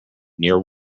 near